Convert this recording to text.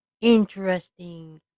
interesting